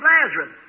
Lazarus